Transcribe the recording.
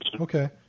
Okay